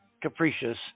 capricious